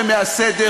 מהחוק ומהסדר.